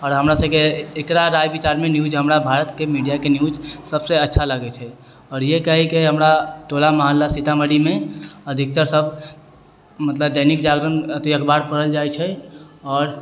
आओर हमरासभके एकरा राय विचारमे न्यूज हमरा भारतके मीडियाके न्यूज सभसँ अच्छा लागैत छै आओर यही कहयके हइ हमरा टोला मोहल्ला सीतामढ़ीमे अधिकतर सभ मतलब दैनिक जागरण अथी अखबार पढ़ल जाइत छै आओर